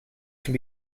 can